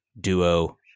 duo